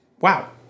wow